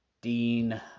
Dean